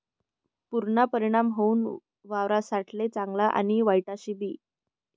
पुरना परिणाम हाऊ वावरससाठे चांगला आणि वाईटबी शे